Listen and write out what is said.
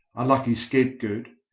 unlucky scapegoat,